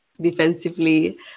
defensively